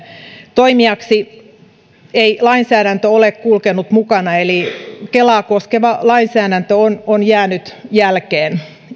toimijaksi ei lainsäädäntö ole kulkenut mukana eli kelaa koskeva lainsäädäntö on on jäänyt jälkeen